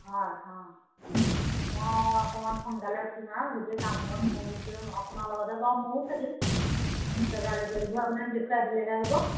হয় অঁ মই অকণমান সোনকালে উঠিম আৰু গোটেই কামবন ময়ো কৰিম আপোনাৰ লগতে বাৰু ময়ো থাকিম জেগা জেগালিবোৰ আপোনাক দেখুৱাই দিলেহে হ'ব